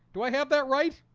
do i have that right?